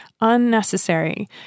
unnecessary